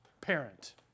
parent